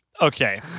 Okay